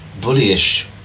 bullyish